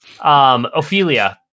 ophelia